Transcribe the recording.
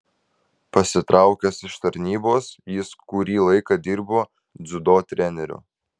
pasitraukęs iš tarnybos jis kurį laiką dirbo dziudo treneriu